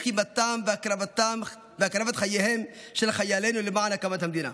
לחימתם והקרבת חייהם של חיילינו למען הקמת המדינה,